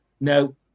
No